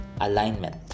Alignment